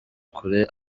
kure